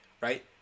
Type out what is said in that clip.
Right